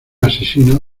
asesino